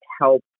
help